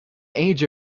age